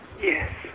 Yes